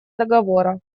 договора